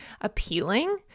appealing